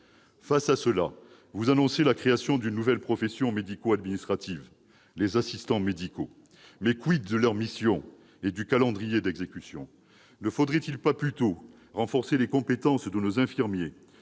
situation, vous annoncez la création d'une nouvelle profession médico-administrative, celle des assistants médicaux. Cependant, de leurs missions et du calendrier d'exécution ? Ne faudrait-il pas plutôt renforcer les compétences de nos infirmiers,